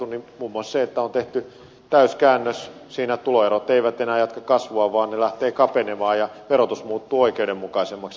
muun muassa se että on tehty täyskäännös tuloerot eivät enää jatkaa kasvuaan vaan ne lähtevät kapenemaan ja verotus muuttuu oikeudenmukaisemmaksi